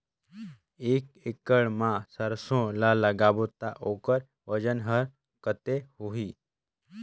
एक एकड़ मा सरसो ला लगाबो ता ओकर वजन हर कते होही?